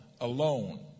alone